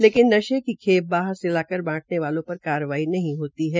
लेकिन नशे की खेप बाहर से लाकर बांटने वालों पर कोई कार्रवाई नहीं होती है